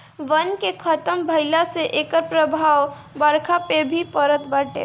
वन के खतम भइला से एकर प्रभाव बरखा पे भी पड़त बाटे